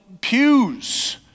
pews